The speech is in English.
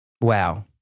Wow